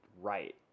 right